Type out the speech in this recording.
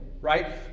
right